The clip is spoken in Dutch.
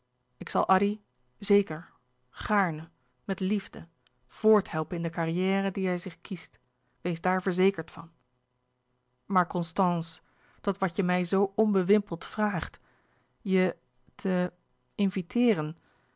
ik zal addy zeker gaarne met liefde voorthelpen in de carrière die hij zich kiest weest daar verzekerd van maar constance dat wat je mij zoo onbewimpeld vraagt je te inviteeren